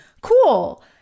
cool